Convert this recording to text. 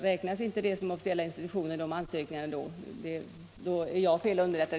Räknas inte dessa institutioner såsom officiella institutioner, är jag fel underrättad.